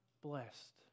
blessed